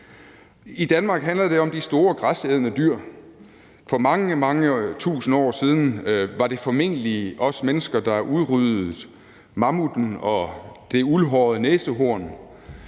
I Danmark handler det om de store græsædende dyr. For mange, mange tusind år siden var det formentlig os mennesker, der udryddede mammutten og det uldhårede næsehorn